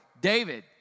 David